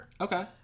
Okay